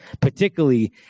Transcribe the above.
particularly